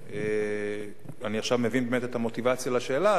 אני עכשיו מבין את המוטיבציה לשאלה,